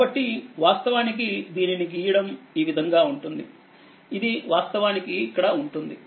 కాబట్టి వాస్తవానికి దీనిని గీయడం ఈ విధంగా ఉంటుంది ఇది వాస్తవానికి ఇక్కడ ఉంటుంది